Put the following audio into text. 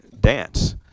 dance